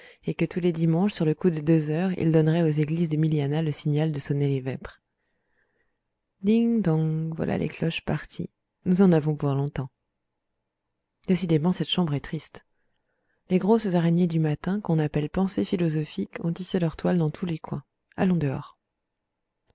et que tous les dimanches sur le coup de deux heures il donnerait aux églises de milianah le signal de sonner les vêpres ding dong voilà les cloches parties nous en avons pour longtemps décidément cette chambre est triste les grosses araignées du matin qu'on appelle pensées philosophiques ont tissé leurs toiles dans tous les coins allons dehors